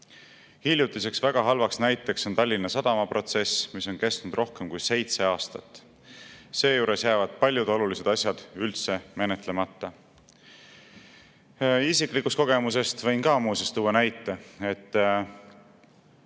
Hiljutine väga halb näide on Tallinna Sadama protsess, mis on kestnud rohkem kui seitse aastat. Seejuures jäävad paljud olulised asjad üldse menetlemata. Isiklikust kogemusest võin ka muuseas näite tuua.